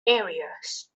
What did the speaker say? areas